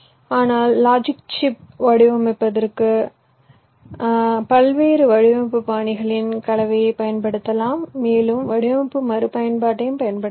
ஆனால் logic chip வடிவமைப்பிற்காக பல்வேறு வடிவமைப்பு பாணிகளின் கலவையைப் பயன்படுத்தலாம் மேலும் வடிவமைப்பு மறுபயன்பாட்டையும் பயன்படுத்தலாம்